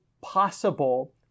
possible